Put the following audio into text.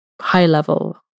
high-level